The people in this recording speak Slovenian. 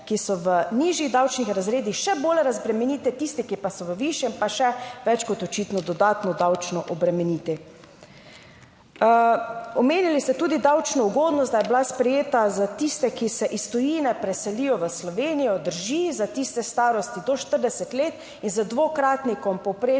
ki so v nižjih davčnih razredih, še bolj razbremeniti, tiste, ki pa so v višjem, pa še več kot očitno dodatno davčno obremeniti. Omenili ste tudi davčno ugodnost, da je bila sprejeta za tiste, ki se iz tujine preselijo v Slovenijo, drži, za tiste starosti do 40 let in z dvokratnikom povprečne